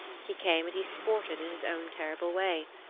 he came and he sported in his own terrible way.